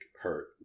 hurt